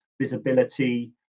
visibility